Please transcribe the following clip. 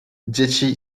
dzieci